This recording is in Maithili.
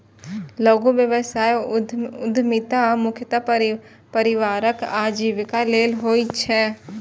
लघु व्यवसाय उद्यमिता मूलतः परिवारक आजीविका लेल होइ छै